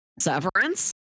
severance